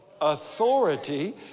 Authority